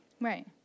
Right